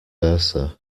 versa